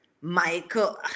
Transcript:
Michael